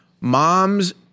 Moms